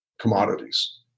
commodities